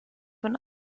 von